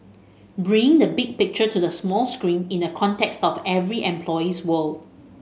bring the big picture to the small screen in the context of every employee's world